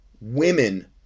women